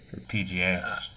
PGA